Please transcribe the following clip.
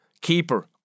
Keeper